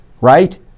right